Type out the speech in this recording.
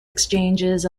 exchanges